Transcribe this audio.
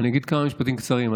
אני אגיד כמה משפטים קצרים.